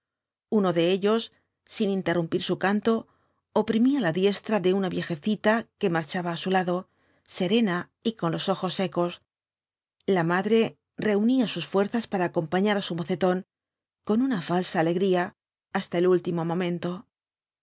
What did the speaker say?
uno de ellos sin interrumpir su canto oprimía la diestra de una viejecita que marchaba á su lado serena y con los ojos secos la madre reunía sus fuerzas para acompañar á su mocetón con una falsa alegría hasta el último momento